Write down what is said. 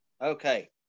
Okay